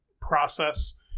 process